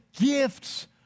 gifts